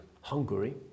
Hungary